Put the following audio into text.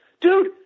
Dude